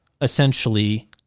essentially